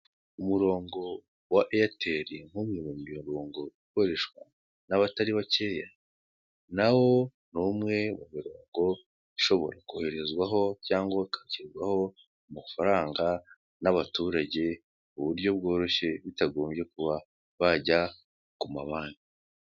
Umurongo wa eyateli nk'umwe mu mirongo ikoreshwa n'abatari bakeya, na wo ni umwe mu mirongo ishobora koherezwaho cyangwa ukakirwaho amafaranga n'abaturage, mu buryo bworohye, bitagombye kuba bajya ku mabanki.